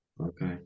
Okay